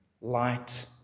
light